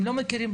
נכון?